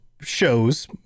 shows